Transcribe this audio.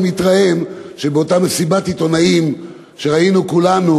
אני מתרעם על כך שבאותה מסיבת עיתונאים שראינו כולנו